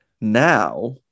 now